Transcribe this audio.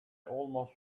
almost